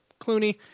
Clooney